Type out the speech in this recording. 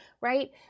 right